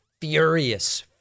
furious